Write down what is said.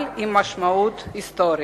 אבל עם משמעות היסטורית.